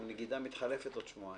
הרי הנגידה מתחלפת בעוד שבועיים.